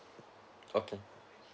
okay